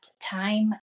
time